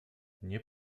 nie